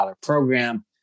program